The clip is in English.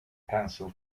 pencil